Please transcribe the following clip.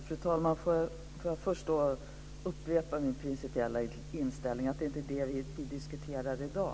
Fru talman! Låt mig först upprepa min principiella inställning: Det är inte detta vi diskuterar i dag.